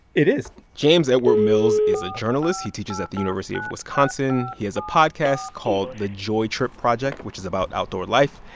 it is james edward mills is a journalist. he teaches at the university of wisconsin. he has a podcast called the joy trip project, which is about outdoor life.